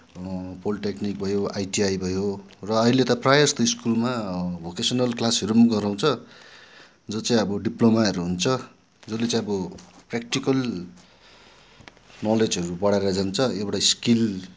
polytechnic भयो ITI भयो र आहिले त प्रायः त्यो स्कुलमा भोकेसनल क्लासहरू पनि गराउँछ जो चाहिँ अब डिप्लोमाहरू हुन्छ जसले चाहिँ अब प्रेक्टिकल नलेजहरू बढाएर जान्छ एउटा स्किल